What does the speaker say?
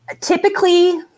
Typically